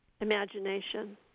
imagination